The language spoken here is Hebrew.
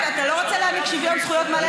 נא לסיים.